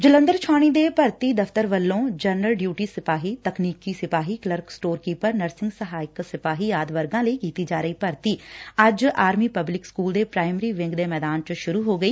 ਜਲੰਧਰ ਛਾਉਣੀ ਦੇ ਭਰਤੀ ਦਫ਼ਤਰ ਵੱਲੋ ਜਨਰਲ ਡਿਉਟੀ ਸਿਪਾਹੀ ਤਕਨੀਕੀ ਸਿਪਾਹੀ ਕਲਰਕ ਸਟੋਰ ਕੀਪਰ ਨਰਸੰਗ ਸਹਾਇਕ ਸਿਪਾਹੀ ਆਦਿ ਵਰਗਾਂ ਲਈ ਕੀਤੀ ਜਾ ਰਹੀ ਭਰਤੀ ਅੱਜ ਆਰਮੀ ਪਬਲਿਕ ਸਕੁਲ ਦੇ ਪੁਾਇਮਰੀ ਵਿੰਗ ਦੇ ਮੈਦਾਨ ਚ ਸ਼ਰੂ ਹੋ ਗਈ